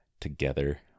together